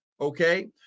okay